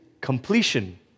completion